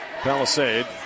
Palisade